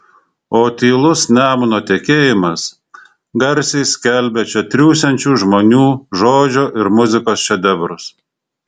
o tylus nemuno tekėjimas garsiai skelbia čia triūsiančių žmonių žodžio ir muzikos šedevrus